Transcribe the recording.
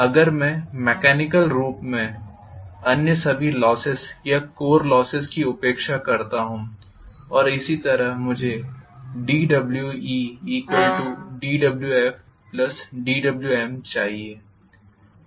अगर मैं मेकॅनिकल रूप में अन्य सभी लोसेस या कोर लोसेस की उपेक्षा करता हूं और इसी तरह मुझे dWedWfdWm चाहिए